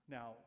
Now